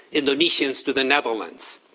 indonesians to the netherlands.